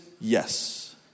yes